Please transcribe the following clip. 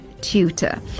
tutor